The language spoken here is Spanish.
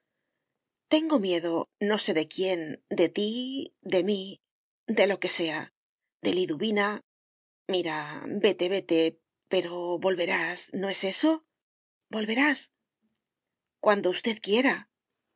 tengo miedo no sé de quién de ti de mí de lo que sea de liduvina mira vete vete pero volverás no es eso volverás cuando usted quiera